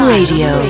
Radio